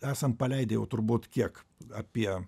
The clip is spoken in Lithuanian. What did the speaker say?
esam paleidę jau turbūt kiek apie